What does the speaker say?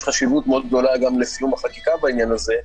יש חשיבות מאוד גדולה גם לסיום החקיקה בעניין הזה,